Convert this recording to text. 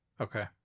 okay